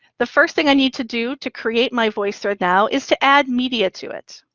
the first thing i need to do to create my voicethread now is to add media to it.